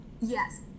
Yes